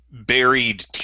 buried